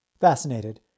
Fascinated